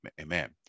amen